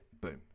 boom